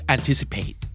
Anticipate